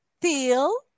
Till